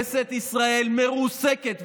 כנסת ישראל מרוסקת,